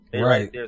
Right